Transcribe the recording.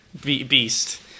beast